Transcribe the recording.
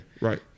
Right